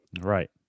Right